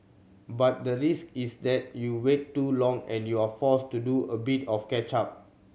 but the risk is there you wait too long and you're forced to do a bit of catch up